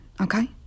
okay